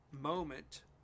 moment